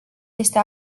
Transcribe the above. este